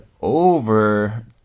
over